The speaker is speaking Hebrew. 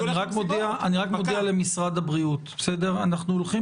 אני רק מודיע למשרד הבריאות אנחנו הולכים